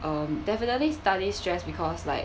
um definitely study stress because like